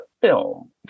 film